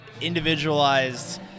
individualized